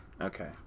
Okay